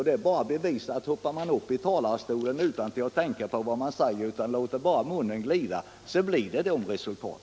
Det bevisar att om man hoppar upp i talarstolen utan att tänka på vad man säger och bara låter munnen gå så blir det sådant resultat.